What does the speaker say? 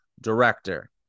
director